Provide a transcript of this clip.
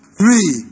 three